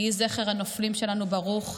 יהיה זכר הנופלים שלנו ברוך,